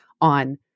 on